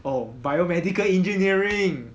oh biomedical engineering